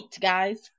guys